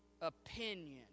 opinion